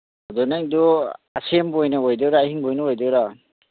ꯑꯗꯨ ꯅꯪꯗꯨ ꯑꯁꯦꯝꯕ ꯑꯣꯏꯅ ꯑꯣꯏꯗꯣꯏꯔꯥ ꯑꯍꯤꯡꯕ ꯑꯣꯏꯅ ꯑꯣꯏꯗꯣꯏꯔꯥ